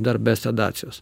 dar be sedacijos